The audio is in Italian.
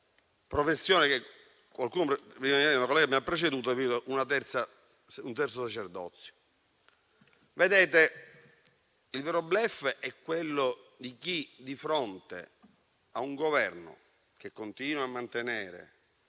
professione, che qualcuno che mi ha preceduto ha definito un terzo sacerdozio. Vedete, il vero *bluff* è quello di chi di fronte a un Governo, che continua a mantenere